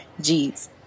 jeez